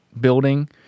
building